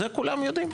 זה כולם יודעים.